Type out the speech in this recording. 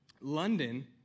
London